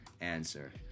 answer